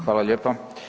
Hvala lijepo.